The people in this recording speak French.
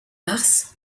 mars